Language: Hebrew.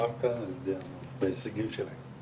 נאמר כאן ההישגים שלהם,